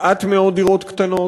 מעט מאוד דירות קטנות,